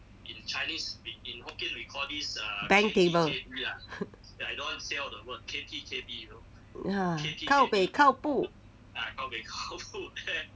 time table ha kao pei kao bu